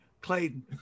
Clayton